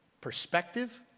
perspective